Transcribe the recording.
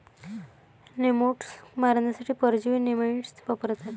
nematodes मारण्यासाठी परजीवी नेमाटाइड्स वापरतात